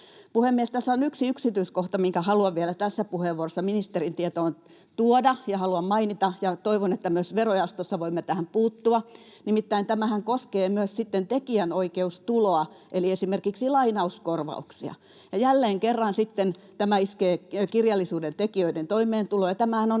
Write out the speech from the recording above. Tässä on yksi yksityiskohta, minkä haluan vielä tässä puheenvuorossa ministerin tietoon tuoda ja haluan mainita, ja toivon, että myös verojaostossa voimme tähän puuttua: Nimittäin tämähän koskee myös sitten tekijänoikeustuloa eli esimerkiksi lainauskorvauksia. Jälleen kerran sitten tämä iskee kirjallisuuden tekijöiden toimeentuloon.